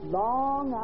long